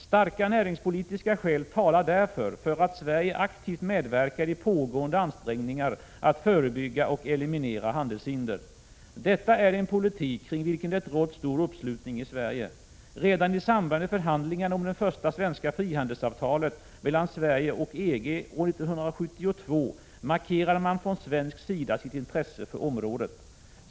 Starka näringspolitiska skäl talar därför för att Sverige aktivt medverkar i pågående ansträngningar att förebygga och eliminera handelshinder. Detta är en politik kring vilken det rått stor uppslutning i Sverige. Redan i samband med förhandlingarna om det första svenska frihandelsavtalet mellan Sverige och EG år 1972 markerade man från svensk sida sitt intresse för området.